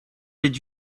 did